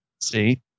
See